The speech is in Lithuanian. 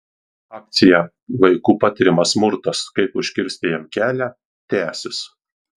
akcija vaikų patiriamas smurtas kaip užkirsti jam kelią tęsis